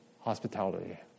hospitality